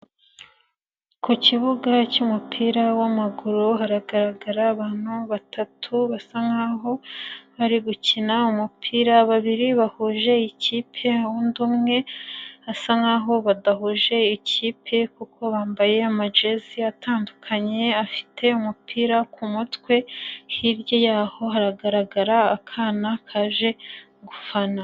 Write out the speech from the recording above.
Ku kibuga cy'umupira w'amaguru haragaragara abantu batatu basa nk'aho bari gukina umupira, babiri bahuje ikipe undi umwe asa nk'aho badahuje ikipe kuko bambaye amajezi atandukanye, afite umupira kumutwe hirya y'aho haragaragara akana kaje gufana.